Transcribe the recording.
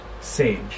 Sage